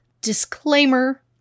disclaimer